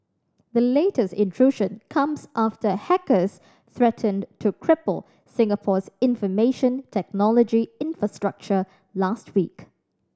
the latest intrusion comes after hackers threatened to cripple Singapore's information technology infrastructure last week